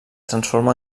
transforma